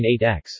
8x